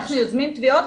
אנחנו יוזמים תביעות,